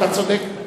אתה צודק.